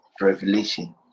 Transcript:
revelation